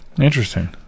Interesting